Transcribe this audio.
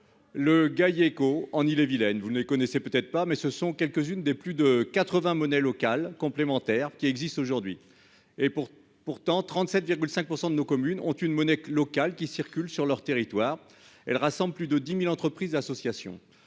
le Gaillac au en Ille-et-Vilaine, vous ne connaissez peut-être pas, mais ce sont quelques-unes des plus de 80 monnaie locale complémentaire qui existent aujourd'hui et pour pourtant 37 virgule 5 % de nos communes ont une monnaie locale qui circulent sur leur territoire, elle rassemble plus de 10000 entreprises, associations,